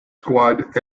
squad